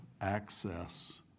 access